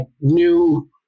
new